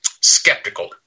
skeptical